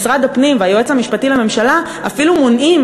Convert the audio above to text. משרד הפנים והיועץ המשפטי לממשלה אפילו מונעים